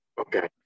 Okay